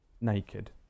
naked